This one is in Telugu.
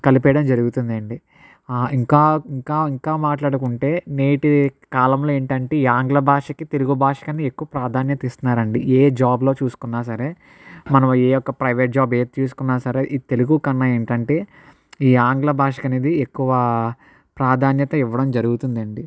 కలిపేయడం జరుగుతుంది అండి ఇంకా ఇంకా ఇంకా మాట్లాడుకుంటే నేటి కాలంలో ఏంటి అంటే ఈ ఆంగ్ల భాషకి తెలుగు భాష కన్న ఎక్కువ ప్రాధాన్యత ఇస్తున్నారు అండి ఏ జాబ్లో చూసుకున్నా సరే మనం ఏ యొక్క ప్రైవేట్ జాబ్ ఏది తీసుకున్నా సరే ఈ తెలుగు కన్నా ఏంటి అంటే ఈ ఆంగ్ల భాష అనేది ఎక్కువ ప్రాధాన్యత ఇవ్వడం జరుగుతుంది అండి